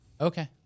Okay